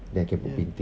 ya